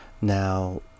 Now